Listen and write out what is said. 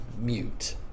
mute